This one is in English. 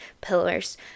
pillars